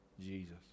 Jesus